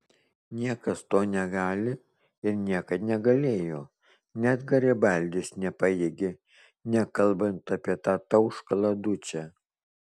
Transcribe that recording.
niekas to negali ir niekad negalėjo net garibaldis nepajėgė nekalbant apie tą tauškalą dučę